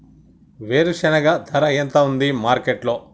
వేరుశెనగ ధర ఎంత ఉంది మార్కెట్ లో?